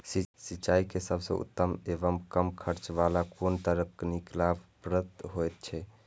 सिंचाई के सबसे उत्तम एवं कम खर्च वाला कोन तकनीक लाभप्रद होयत छै?